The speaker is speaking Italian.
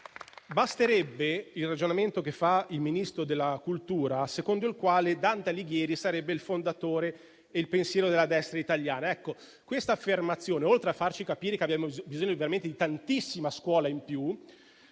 basterebbe il ragionamento che fa il Ministro della cultura, secondo il quale Dante Alighieri sarebbe il fondatore del pensiero della destra italiana: quest'affermazione, oltre a farci capire che abbiamo veramente bisogno di tantissima scuola in più,